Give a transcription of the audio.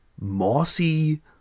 Mossy